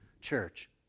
church